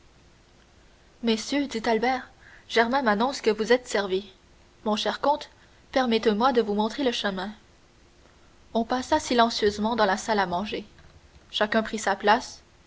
messieurs dit albert germain m'annonce que vous êtes servis mon cher comte permettez-moi de vous montrer le chemin on passa silencieusement dans la salle à manger chacun prit sa place